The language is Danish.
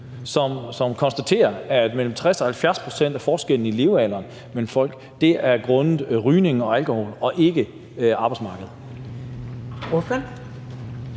som konstaterer, at mellem 60 og 70 pct. af forskellen i levealder mellem folk er grundet rygning og alkohol – ikke arbejdsmarkedet.